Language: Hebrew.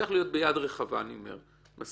צריך להיות יד רחבה, אני מסכים.